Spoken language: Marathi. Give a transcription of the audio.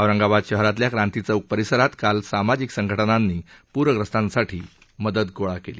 औरंगाबाद शहरातल्या क्रांतीचौक परिसरात काल सामाजिक संघटनांनी पूरग्रस्तांसाठी मदत गोळा केली